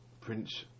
Prince